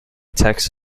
texts